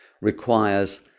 requires